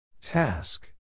Task